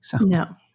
No